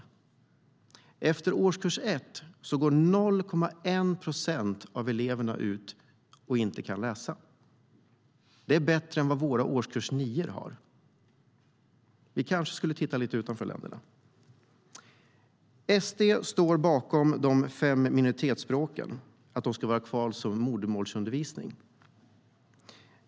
Efter årskurs 1 är det bara 0,1 procent av eleverna som inte kan läsa. Det är en bättre siffra än vi har för våra nior, så vi kanske skulle titta lite utanför vårt land. SD står bakom att det ska finnas modersmålsundervisning i de fem minoritetsspråken.